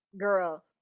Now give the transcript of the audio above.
girl